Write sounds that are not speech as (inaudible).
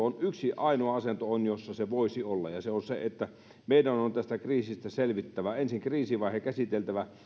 (unintelligible) on yksi ainoa asento jossa se voisi olla ja se on se että meidän on on tästä kriisistä selvittävä ensin kriisivaihe on käsiteltävä